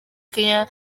kenya